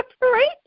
Right